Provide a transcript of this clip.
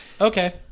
okay